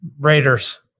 Raiders